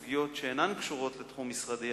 למה זה לא בבסיס התקציב?